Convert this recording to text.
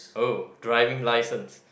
oh driving licence